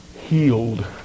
healed